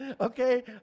Okay